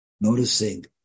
noticing